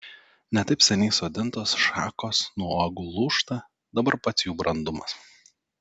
ne taip seniai sodintos šakos nuo uogų lūžta dabar pats jų brandumas